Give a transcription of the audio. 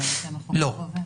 זה מה שהמחוקק קובע.